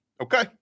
Okay